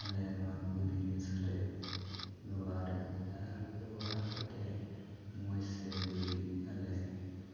ᱟᱞᱮ ᱱᱚᱣᱟ ᱠᱚ ᱡᱤᱱᱤᱥ ᱞᱮ ᱵᱮᱵᱚᱦᱟᱨᱮᱫᱼᱟ ᱟᱨ ᱵᱮᱵᱚᱦᱟᱨ ᱠᱟᱛᱮᱫ ᱢᱚᱡᱽ ᱥᱮ ᱵᱟᱹᱲᱤᱡ ᱟᱞᱮ